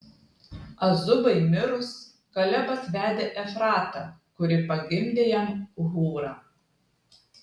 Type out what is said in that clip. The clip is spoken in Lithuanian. azubai mirus kalebas vedė efratą kuri pagimdė jam hūrą